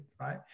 right